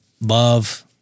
love